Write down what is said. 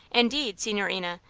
indeed, signorina,